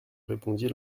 répondit